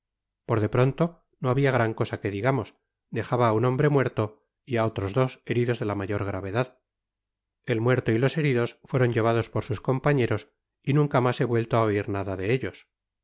por de pronto no habia gran cosa que digamos dejaba á un hombre muerto y á otros dos heridos de la mayor gravedad el muerto y los heridos fueron llevados por sus compañeros y nunca mas he vuelto á oir nada de ellos